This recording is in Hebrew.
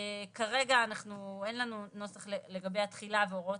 כרגע אין לנו נוסח לגבי התחילה והוראות